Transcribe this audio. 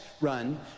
run